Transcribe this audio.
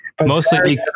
mostly